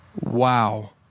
Wow